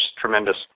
tremendous